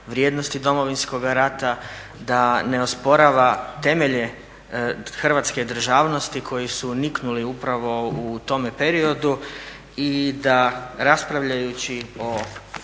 vrijednosti Domovinskoga rata, da ne osporava temelje Hrvatske državnosti koji su niknuli upravo u tome periodu i da raspravljajući o